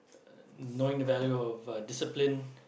uh knowing the value of uh discipline